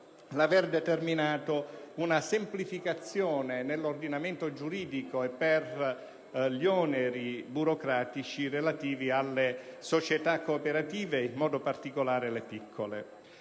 l'aver determinato una semplificazione nell'ordinamento giuridico e per gli oneri burocratici relativi alle società cooperative, in modo particolare quelle piccole.